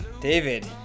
David